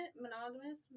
Monogamous